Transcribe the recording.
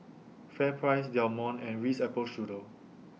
FairPrice Del Monte and Ritz Apple Strudel